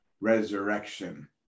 resurrection